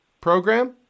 program